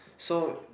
so